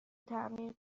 تعمیر